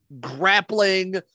grappling